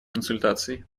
консультаций